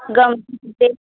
गम ते